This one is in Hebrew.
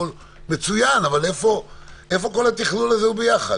בודקים איפה מרוכזים רוב החולים.